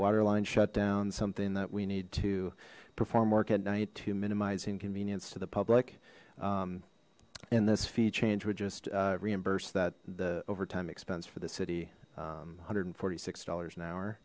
water line shutdown something that we need to perform work at night to minimize inconvenience to the public and this fee change would just reimburse that the overtime expense for the city one hundred and forty six dollars an